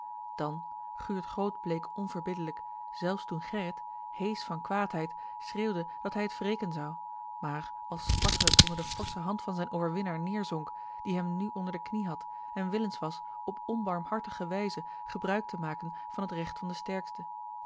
dan guurt groot bleek onverbiddelijk zelfs toen gerrit heesch van kwaadheid schreeuwde dat hij t wreken zou maar al spartelend onder de forsche hand van zijn overwinnaar neêrzonk die hem nu onder de knie had en willens was op onbarmhartige wijze gebruik te maken van het recht van den sterkste